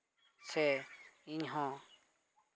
ᱥᱮ ᱤᱧ ᱦᱚᱸ